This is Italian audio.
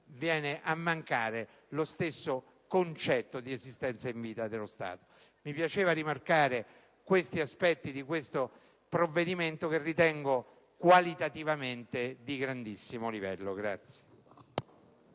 viene a mancare lo stesso concetto di esistenza in vita dello Stato. Mi piaceva quindi rimarcare questi aspetti del provvedimento, che ritengo qualitativamente di grande livello.